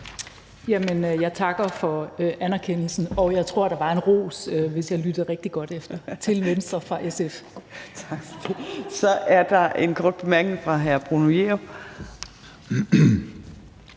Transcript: Jeg takker for anerkendelsen, og jeg tror, der var en ros – hvis jeg lyttede rigtig godt efter – til Venstre fra SF. Kl. 19:43 Fjerde næstformand (Trine Torp): Så er der en kort bemærkning fra hr. Bruno Jerup.